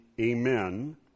Amen